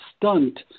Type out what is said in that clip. stunt